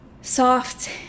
soft